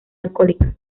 alcohólica